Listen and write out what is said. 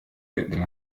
del